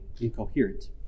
incoherent